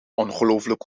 ongelooflijk